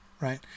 right